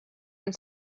and